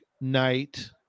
night